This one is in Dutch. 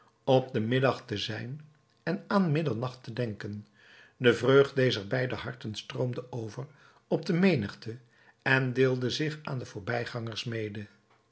op den middag te zijn en aan middernacht te denken de vreugd dezer beide harten stroomde over op de menigte en deelde zich aan de voorbijgangers mede